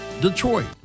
Detroit